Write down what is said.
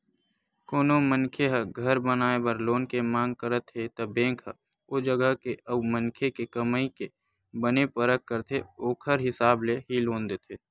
कोनो मनखे ह घर बनाए बर लोन के मांग करत हे त बेंक ह ओ जगा के अउ मनखे के कमई के बने परख करथे ओखर हिसाब ले ही लोन देथे